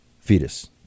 fetus